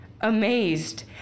amazed